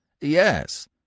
Yes